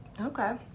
Okay